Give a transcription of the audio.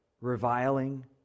reviling